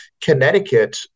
Connecticut